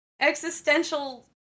existential